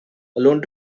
alone